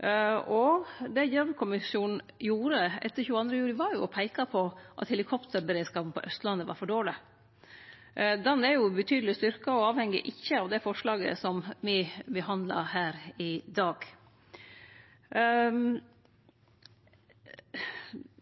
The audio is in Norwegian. Det Gjørv-kommisjonen gjorde etter 22. juli, var å peike på at helikopterberedskapen på Austlandet var for dårleg. Han er jo betydeleg styrkt og avheng ikkje av det forslaget me behandlar her i dag.